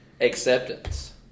acceptance